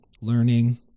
learning